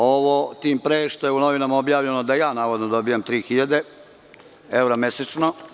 Ovo tim pre što je u novinama objavljeno da navodno ja dobijam tri hiljade evra mesečno.